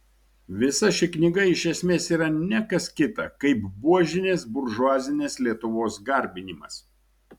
visa ši knyga iš esmės yra ne kas kita kaip buožinės buržuazinės lietuvos garbinimas